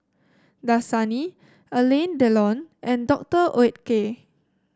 Dasani Alain Delon and Doctor Oetker